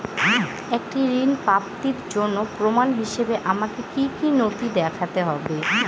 একটি ঋণ প্রাপ্তির জন্য প্রমাণ হিসাবে আমাকে কী কী নথি দেখাতে হবে?